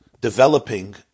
developing